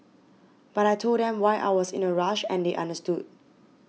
but I told them why I was in a rush and they understood